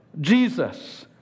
Jesus